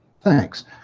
thanks